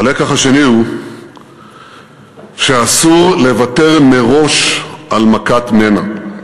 הלקח השני הוא שאסור לוותר מראש על מכת מנע.